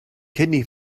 kidney